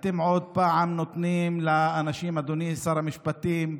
אתם עוד פעם נותנים לאנשים, אדוני שר המשפטים,